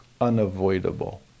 unavoidable